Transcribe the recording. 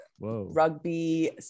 rugby